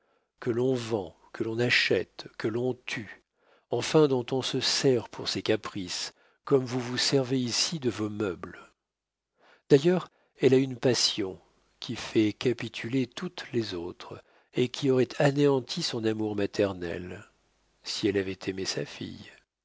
que l'on vend que l'on achète que l'on tue enfin dont on se sert pour ses caprices comme vous vous servez ici de vos meubles d'ailleurs elle a une passion qui fait capituler toutes les autres et qui aurait anéanti son amour maternel si elle avait aimé sa fille